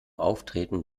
auftreten